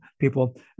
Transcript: people